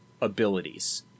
abilities